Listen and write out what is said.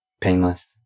painless